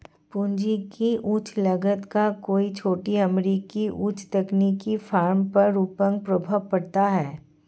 पूंजी की उच्च लागत का कई छोटी अमेरिकी उच्च तकनीकी फर्मों पर अपंग प्रभाव पड़ता है